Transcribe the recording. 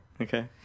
Okay